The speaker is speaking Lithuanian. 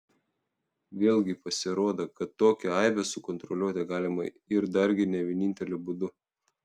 vėlgi pasirodo kad tokią aibę sukonstruoti galima ir dargi ne vieninteliu būdu